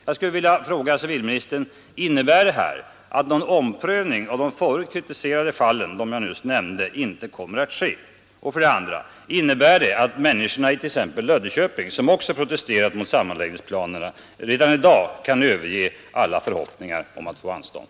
För det första: Innebär det här att någon omprövning av de förut kritiserade fallen — de jag just nämnde — inte kommer att ske? För det andra: Innebär det att människorna i t.ex. Löddeköpinge, som också protesterat mot sammanläggningsplanerna, redan i dag kan överge alla förhoppningar om att få anstånd?